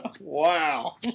Wow